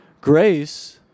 Grace